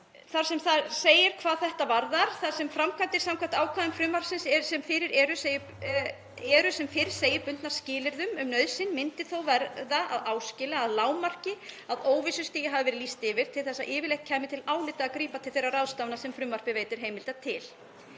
þar sem segir hvað þetta varðar: „Þar sem framkvæmdir samkvæmt ákvæðum frumvarpsins eru sem fyrr segir bundnar skilyrði um nauðsyn myndi þó verða að áskilja að lágmarki að óvissustigi hafi verið lýst yfir, til þess að yfirleitt kæmi til álita að grípa til þeirra ráðstafana sem frumvarpið veitir heimild